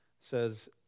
says